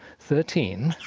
thirteen,